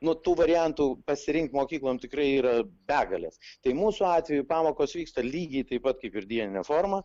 nu tų variantų pasirinkt mokyklom tikrai yra begalės tai mūsų atveju pamokos vyksta lygiai taip pat kaip ir dienine forma